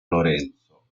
lorenzo